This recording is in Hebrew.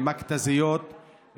במכת"זיות,